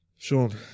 Sean